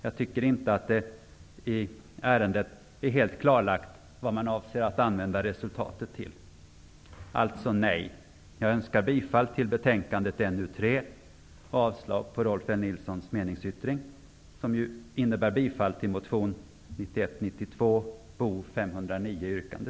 Jag tycker inte heller att det är helt klarlagt vad man avser att använda resultatet till. Jag yrkar bifall till hemställan i betänkande NU3